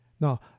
Now